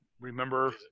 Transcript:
Remember